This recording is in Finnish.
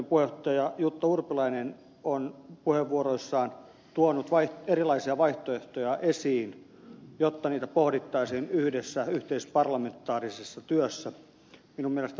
sdpn puheenjohtaja jutta urpilainen on puheenvuoroissaan tuonut erilaisia vaihtoehtoja esiin jotta niitä pohdittaisiin yhdessä yhteisparlamentaarisessa työssä